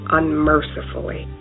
unmercifully